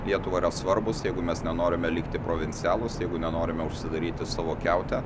lietuvai yra svarbūs jeigu mes nenorime likti provincialūs jeigu nenorime užsidaryti savo kiaute